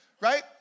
right